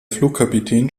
flugkapitän